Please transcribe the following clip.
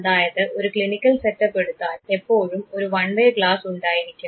അതായത് ഒരു clinical setup എടുത്താൽ എപ്പോഴും ഒരു വൺവേ ഗ്ലാസ് ഉണ്ടായിരിക്കും